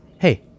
Hey